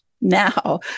Now